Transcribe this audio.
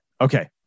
Okay